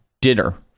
dinner